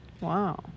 Wow